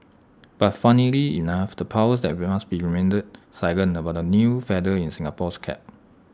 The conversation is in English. but funnily enough the powers that be remained silent about the new feather in Singapore's cap